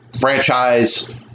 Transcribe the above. franchise